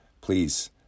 please